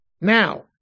Now